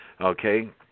Okay